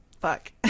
Fuck